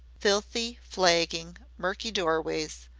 filthy flagging, murky doorways,